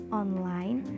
online